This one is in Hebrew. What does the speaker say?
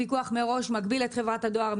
הפיקוח מראש מגביל את חברת הדואר,